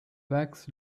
wax